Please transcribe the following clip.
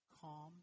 calm